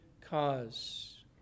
cause